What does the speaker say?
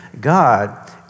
God